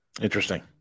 Interesting